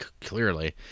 clearly